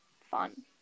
fun